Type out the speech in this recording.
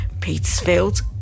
Petersfield